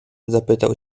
zapytał